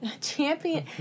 champion